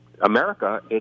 America